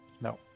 No